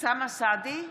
אוסאמה סעדי,